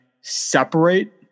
separate